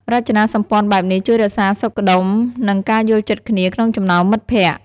រចនាសម្ព័ន្ធបែបនេះជួយរក្សាសុខដុម និងការយល់ចិត្តគ្នាក្នុងចំណោមមិត្តភក្ដិ។